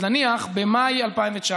אז נניח במאי 2019